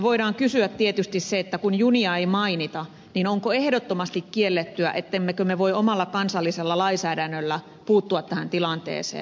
voidaan kysyä tietysti että kun junia ei mainita niin onko ehdottomasti kiellettyä ettemmekö me voi omalla kansallisella lainsäädännöllä puuttua tähän tilanteeseen